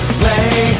play